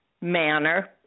manner